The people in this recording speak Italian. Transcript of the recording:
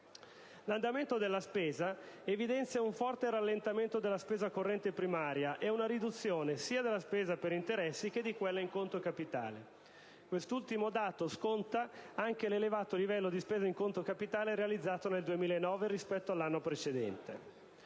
L'andamento della spesa evidenzia un forte rallentamento della spesa corrente primaria e una riduzione sia della spesa per interessi che di quella in conto capitale. Quest'ultimo dato sconta anche l'elevato livello di spesa in conto capitale realizzato nel 2009 rispetto all'anno precedente.